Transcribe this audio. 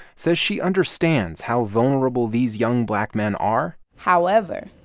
says she understands how vulnerable these young black men are however,